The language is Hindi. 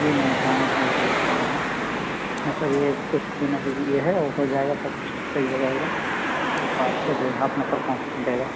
जी मैं ध्यान सर ये कुछ दिन अभी भी ये है वो जाएगा सब सही हो जाएगा अच्छे से हाँ अपना परफौर्म देगा